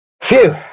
Phew